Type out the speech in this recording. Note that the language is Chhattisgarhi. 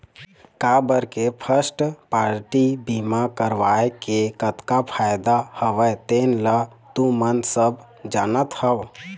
काबर के फस्ट पारटी बीमा करवाय के कतका फायदा हवय तेन ल तुमन सब जानत हव